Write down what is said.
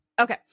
Okay